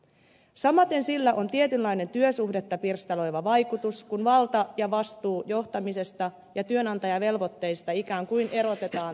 samaten sillä on tietynlainen työsuhdetta pirstaloiva vaikutus kun valta ja vastuu johtamisesta ja työnantajavelvoitteista ikään kuin erotetaan toisistaan